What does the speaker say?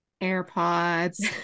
AirPods